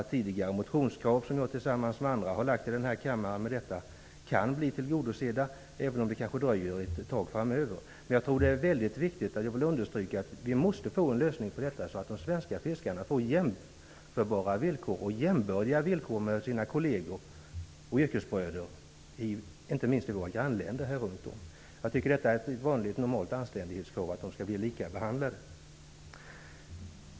Tidigare motionskrav som jag tillsammans med andra har fört fram här i kammaren kan med detta bli tillgodosedda, även om det kanske dröjer ett tag framöver. Men jag tror att det är väldigt viktigt, och jag vill understryka det, att vi måste få en sådan lösning att de svenska fiskarna får jämbördiga villkor med sina yrkesbröder, inte minst i grannländerna runt om. Jag tycker det är ett normalt anständighetskrav att de skall bli likabehandlade.